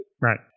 Right